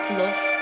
love